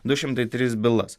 du šimtai tris bylas